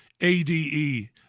ADE